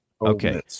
Okay